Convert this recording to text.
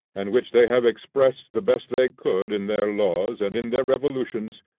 and which they have expressed the best they could in their laws and in their revolutions,